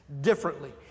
differently